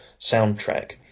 soundtrack